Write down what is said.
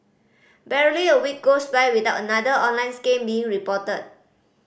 barely a week goes by without another online scam being reported